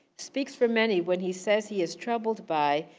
speaks for many when he says he is troubled by,